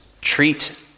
treat